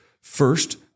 first